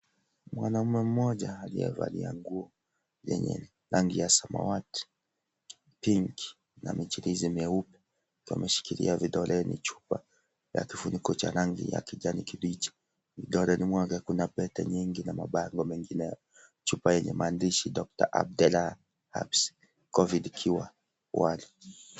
Mwanaume mmoja aliyevalia nguo yenye rangi ya samawati, pinki na michirizi meupe, akiwa ameshikilia vidoleni chupa ya kifuniko cha rangi ya kijani kibichi, vidoleni mwake kuna pete nyingi na mabango mengine, chupa yenye maandishi (cs)Doctor Abdellah Herbs Covid cure one(cs).